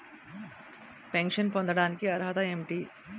Pension పొందడానికి అర్హత ఏంటి?